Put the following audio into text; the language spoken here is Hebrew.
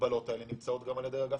מאשרים את זה.